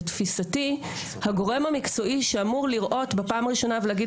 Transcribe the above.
לתפיסתי הגורם המקצועי שאמור לראות בפעם הראשונה ולהגיד